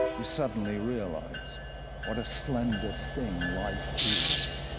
you suddenly realize what a slender thing life is,